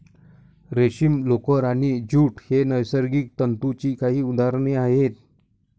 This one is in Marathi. रेशीम, लोकर आणि ज्यूट ही नैसर्गिक तंतूंची काही उदाहरणे आहेत